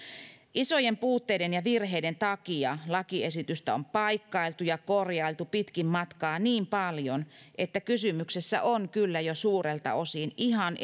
isojen puutteiden ja virheiden takia lakiesitystä on paikkailtu ja korjailtu pitkin matkaa niin paljon että kysymyksessä on kyllä jo suurelta osin ihan